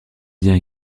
bien